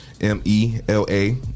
M-E-L-A